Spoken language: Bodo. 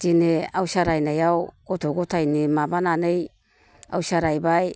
दिनै आवसिया रायनायाव गथ' गथायनो माबानानै आवसिया रायबाय